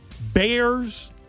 bears